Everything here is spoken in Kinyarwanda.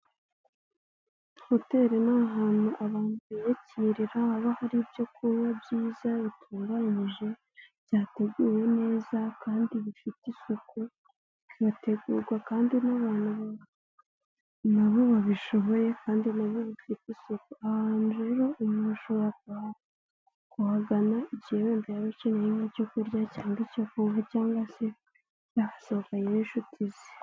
Hoteri ni ahantu abantu biyakirira, haba hari ibyokunywa byiza bitunganyije, byateguwe neza kandi bifite isuku, bitegurwa kandi n'abantu na bo babishoboye kandi na bo bifite isuku, ahantu rero umuntu ashobora kuhagana, igihe wenda yaba akeneye nk'icyo kurya cyangwa icyo kunywa cyangwa se yahasohokanye n'inshuti ze.